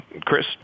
Chris